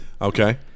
Okay